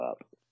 up